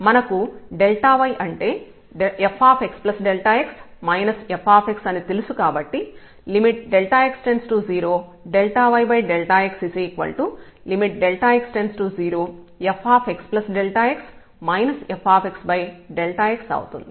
మనకు y అంటే fxx f అని తెలుసు కాబట్టి x→0⁡yx x→0fxx fx అవుతుంది